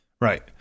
Right